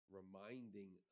reminding